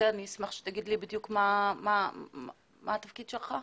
אשמח שתגיד לי בדיוק מה התפקיד שלך.